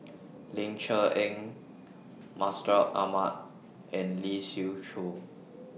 Ling Cher Eng Mustaq Ahmad and Lee Siew Choh